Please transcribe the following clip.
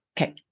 Okay